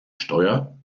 steuer